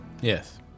Yes